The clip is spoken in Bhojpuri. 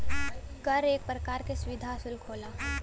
कर एक परकार का सुविधा सुल्क होला